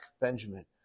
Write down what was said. Benjamin